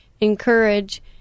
encourage